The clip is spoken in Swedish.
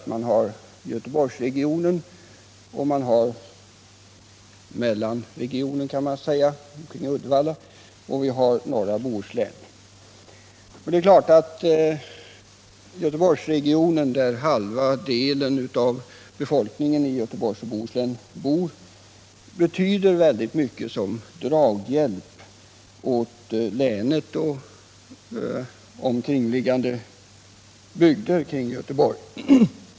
Det består av Göteborgsregionen, av mellanregionen och av norra Bohuslän. Det är klart att Göteborgsregionen, där halva delen av befolkningen i Göteborgs och Bohus län bor, betyder oerhört mycket som draghjälp åt både länet och Göteborgs omkringliggande bygder.